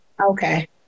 Okay